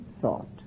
thought